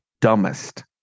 dumbest